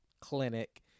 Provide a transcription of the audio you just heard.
clinic